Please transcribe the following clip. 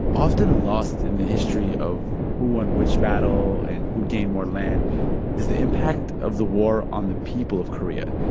often lost in the history of who won which battle and who gained more land is the impact of the war on the people of korea.